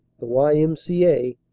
the y m c a,